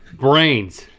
brains.